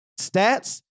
stats